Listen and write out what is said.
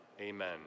amen